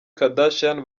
kardashian